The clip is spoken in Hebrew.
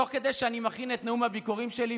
תוך כדי שאני מכין את נאום הביכורים שלי,